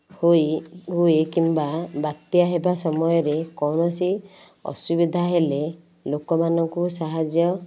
ହୋଇ ହୁଏ କିମ୍ବା ବାତ୍ୟା ହେବା ସମୟରେ କୌଣସି ଅସୁବିଧା ହେଲେ ଲୋକମାନଙ୍କୁ ସାହାଯ୍ୟ